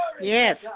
Yes